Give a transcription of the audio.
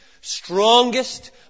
strongest